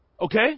okay